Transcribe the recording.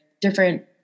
different